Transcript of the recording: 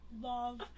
love